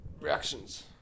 reactions